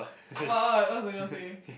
what what what's the girl's name